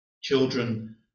children